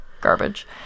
garbage